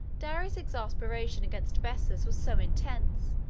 darius's exasperation against bessus was so intense,